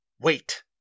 Wait